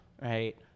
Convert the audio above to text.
right